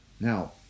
Now